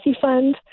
fund